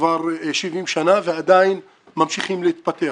כבר 70 שנים ועדיין ממשיכים להתפתח.